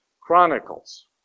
Chronicles